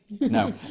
No